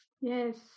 Yes